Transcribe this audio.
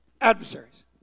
adversaries